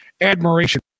admiration